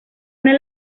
una